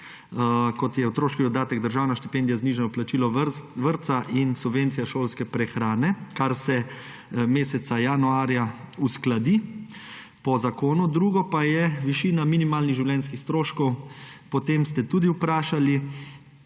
kot so otroški dodatek, državna štipendija, znižano plačilo vrtca in subvencija šolske prehrane, kar se meseca januarja uskladi po zakonu. Drugo pa je višina minimalnih življenjskih stroškov. Po tem ste tudi vprašali